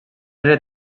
era